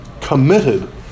committed